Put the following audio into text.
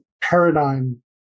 paradigm